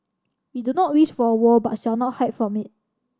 we do not wish for a war but shall not hide from it